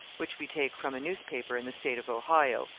which we take from a newspaper in the state of ohio,